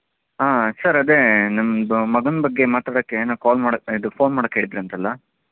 ಆಂ sir ಅದೇ ನಮ್ಮದು ಮಗನ ಬಗ್ಗೆ ಮಾತಾಡೋಕ್ಕೆ ಏನೋ ಕಾಲ್ ಮಾಡಕ್ಕೆ ಇದು ಫೋನ್ ಮಾಡಕ್ಕೆ ಹೇಳಿದ್ದಿರಂತಲ್ಲ